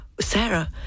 Sarah